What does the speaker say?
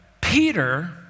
Peter